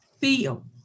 feel